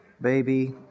baby